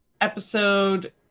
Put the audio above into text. episode